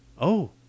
Oh